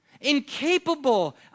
incapable